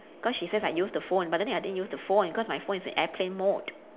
cause she says I use the phone but then I didn't use the phone because my phone is in airplane mode